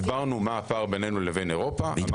הסברנו מה הפער בינינו לבין אירופה.